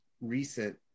recent